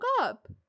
up